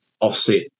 offset